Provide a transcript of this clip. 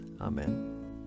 Amen